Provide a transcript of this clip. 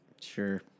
Sure